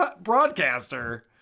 broadcaster